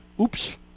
oops